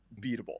beatable